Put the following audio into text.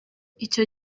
icyo